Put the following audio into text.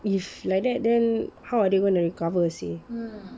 if like that then how are they gonna recover seh